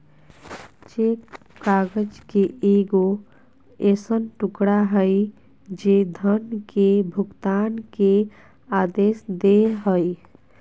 cheque काग़ज़ के एगो ऐसन टुकड़ा हइ जे धन के भुगतान के आदेश दे हइ